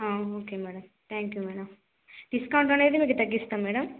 ఆ okay madam thank you madam డిస్కౌంట్లోను అయితే మీకు తగ్గిస్తాం మేడం